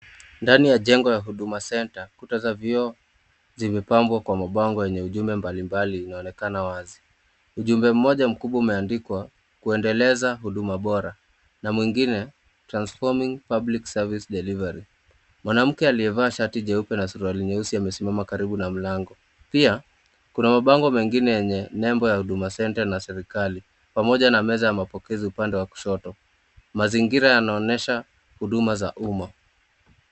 Ndani ya jengo la huduma center kuta za za vioo zimepambwa kwa mapombo ya ujumbe mbalimbali unaonekana wazi, ujumbe mmoja mkubwa umeandikwa kuendeleza huduma bora na mwingine tranforming public service delivery , mwanamke aliyevaa hsti jeupe na suruali nyeusi amesimama karibu na mlango, pia kuna mabongo mengine yenye nembo ya huduma center na serikali pamoja nammeza ya mapozi upande wa kushoto, mazingira yanaonyesha huduma za umma.